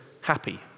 happy